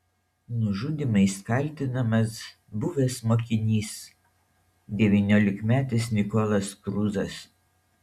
nužudymais kaltinamas buvęs mokinys devyniolikmetis nikolas kruzas